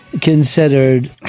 considered